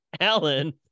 Alan